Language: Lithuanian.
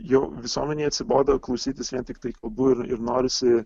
jau visuomenei atsibodo klausytis vien tiktai kalbų ir ir norisi